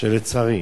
שלצערי,